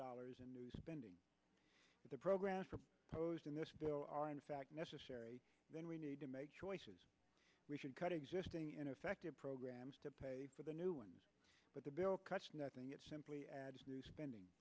dollars in spending the program posed in this bill are in fact necessary then we need to make choices we should cut existing ineffective programs to pay for the new and but the bill cuts nothing it simply adds new spending